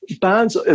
Bands